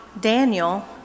Daniel